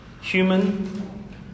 human